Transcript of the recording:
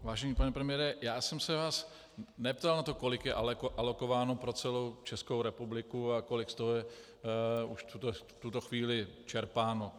Vážený pane premiére, já jsem se vás neptal na to, kolik je alokováno pro celou Českou republiku a kolik z toho je už v tuto chvíli čerpáno.